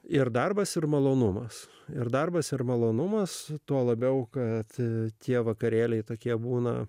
ir darbas ir malonumas ir darbas ir malonumas tuo labiau kad tie vakarėliai tokie būna